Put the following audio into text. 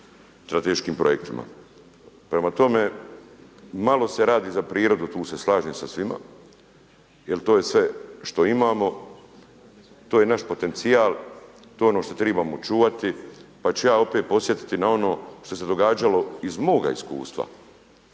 strateškim projektima. Prema tome, malo se radi za prirodu, tu se slažem sa svima, jer to je sve što imamo, to je naš potencijal, to je ono što trebamo čuvati pa ću ja opet podsjetiti na ono što se događalo iz moga iskustva.